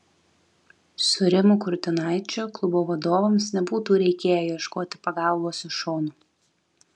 su rimu kurtinaičiu klubo vadovams nebūtų reikėję ieškoti pagalbos iš šono